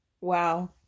wow